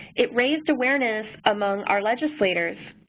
it raised awareness among our legislators.